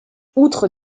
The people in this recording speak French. outre